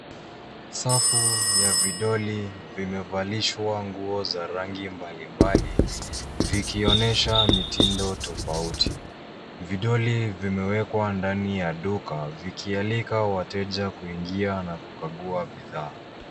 Safu ya vidoli vimevalishwa nguo za rangi mbalimbali, vikionyesha mitindo tofauti. Vidoli vimewekwa ndani ya duka vikialika wateja kuingia na kukagua bidhaa.